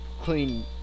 clean